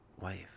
wife